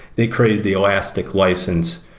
they created the elastic license,